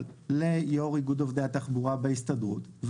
ליו"ר איגוד עובדי התחבורה בהסתדרות,